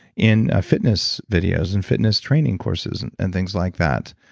in fitness videos and fitness training courses and and things like that.